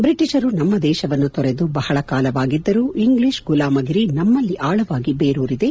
ಬ್ರಿಟಿಷರು ನಮ್ನ ದೇಶವನ್ನು ತೊರೆದು ಬಹಳ ಕಾಲವಾಗಿದ್ದರೂ ಇಂಗ್ಲಿಷ್ ಗುಲಾಮಗಿರಿ ನಮ್ನಲ್ಲಿ ಆಳವಾಗಿ ಬೇರೂರಿದೆ